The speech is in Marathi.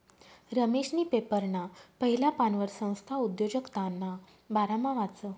रमेशनी पेपरना पहिला पानवर संस्था उद्योजकताना बारामा वाचं